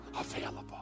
available